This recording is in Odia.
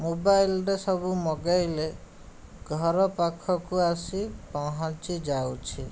ମୋବାଇଲରେ ସବୁ ମଗାଇଲେ ଘର ପାଖକୁ ଆସି ପହଞ୍ଚି ଯାଉଛି